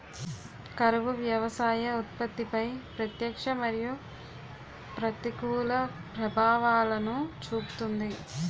కరువు వ్యవసాయ ఉత్పత్తిపై ప్రత్యక్ష మరియు ప్రతికూల ప్రభావాలను చూపుతుంది